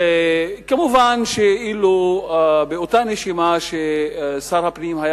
מובן שאילו באותה נשימה שר הפנים היה